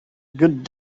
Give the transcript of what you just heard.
good